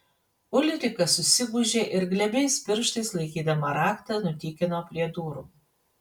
ulrika susigūžė ir glebiais pirštais laikydama raktą nutykino prie durų